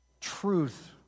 truth